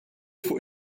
fuq